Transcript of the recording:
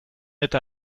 eta